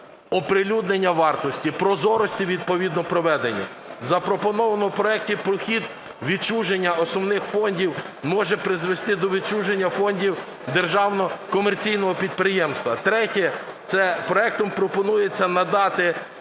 оприлюднення вартості, прозорості відповідно проведення. Запропонованийв проекті підхід відчуження основних фондів може призвести до відчуження фондів державно-комерційного підприємства. Третє. Це проектом пропонується надати